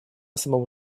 самому